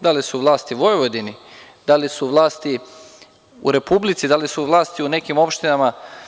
Da li su vlasti u Vojvodini, da li su u vlasti u Republici, da li su u vlasti u nekim opštinama.